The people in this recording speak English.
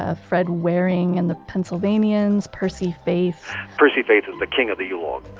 ah fred waring and the pennsylvanians, percy faith percy faith is the king of the yule log.